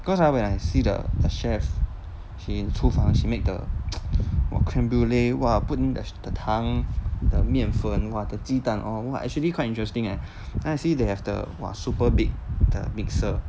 刚才 when I see the the chef he in 厨房:chufang he make the what creme brulee !wah! put in the the 糖 the 面粉 !wah! the 鸡蛋 orh !wah! actually quite interesting leh then I see they have the !wah! super big the mixer